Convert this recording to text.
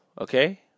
okay